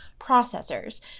processors